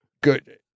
good